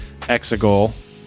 Exegol